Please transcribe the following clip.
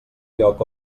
lloc